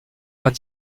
vingt